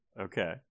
Okay